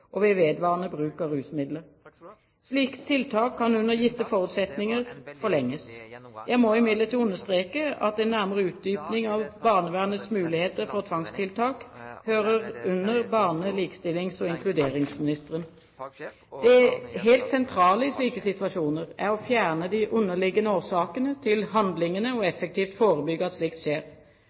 og ved vedvarende bruk av rusmidler. Slikt tiltak kan under gitte forutsetninger forlenges. Jeg må imidlertid understreke at en nærmere utdypning av barnevernets muligheter for tvangstiltak hører inn under barne- og likestillings- og inkluderingsministeren. Det helt sentrale i slike situasjoner er å fjerne de underliggende årsakene til handlingene og effektivt forebygge at slikt skjer.